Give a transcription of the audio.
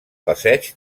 passeig